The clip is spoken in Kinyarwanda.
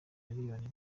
miliyoni